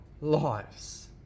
lives